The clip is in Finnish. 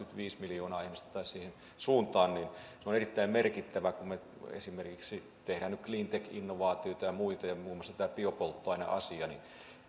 kaksikymmentäviisi miljoonaa ihmistä tai siihen suuntaan niin se on erittäin merkittävä kun me esimerkiksi teemme cleantech innovaatioita ja muita ja on muun muassa tämä biopolttoaineasia niin